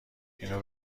اینو